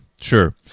sure